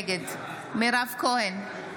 נגד מירב כהן,